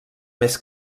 més